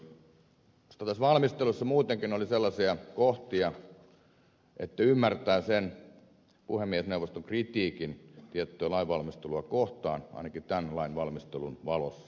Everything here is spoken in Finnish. minusta tässä valmistelussa muutenkin oli sellaisia kohtia että ymmärtää puhemiesneuvoston kritiikin tiettyä lainvalmistelua kohtaan ainakin tämän lain valmistelun valossa